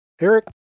Eric